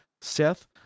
Seth